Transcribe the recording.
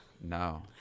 No